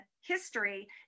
history